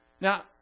Now